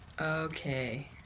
Okay